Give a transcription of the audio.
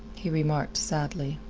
he remarked sadly.